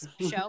show